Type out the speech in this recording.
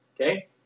Okay